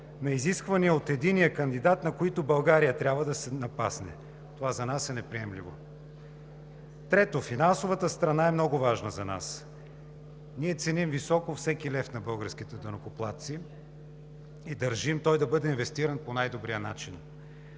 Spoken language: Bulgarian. на изисквания от единия кандидат, на които България трябва да се напасне. Това за нас е неприемливо. Трето, финансовата страна е много важна за нас. Ние ценим високо всеки лев на българските данъкоплатци и държим той да бъде инвестиран по най-добрия начин.